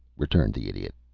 returned the idiot.